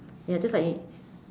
ya just like in